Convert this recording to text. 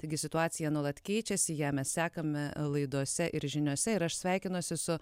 taigi situacija nuolat keičiasi ją mes sekame laidose ir žiniose ir aš sveikinuosi su